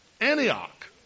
Antioch